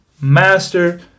master